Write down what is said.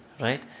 right